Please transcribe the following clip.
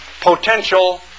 potential